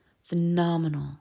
phenomenal